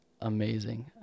amazing